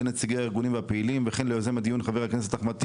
הן לנציגי הארגונים הפעילים והן ליוזם הדיון חבר הכנסת אחמד טיבי.